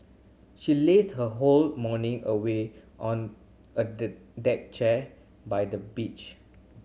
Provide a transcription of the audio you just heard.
she lazed her whole morning away on a the deck chair by the beach